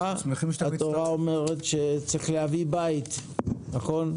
התורה אומרת שצריך להביא בית, נכון?